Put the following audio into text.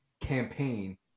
campaign